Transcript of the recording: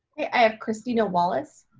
i have christina wallis.